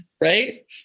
Right